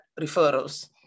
referrals